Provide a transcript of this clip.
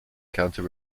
counter